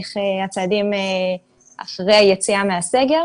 איך יהיו הצעדים אחרי היציאה מהסגר